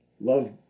Love